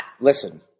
listen